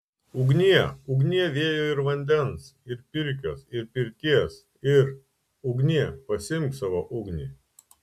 ugnie ugnie vėjo ir vandens ir pirkios ir pirties ir ugnie pasiimk savo ugnį